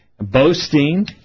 boasting